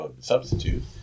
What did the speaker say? substitute